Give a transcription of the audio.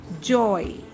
joy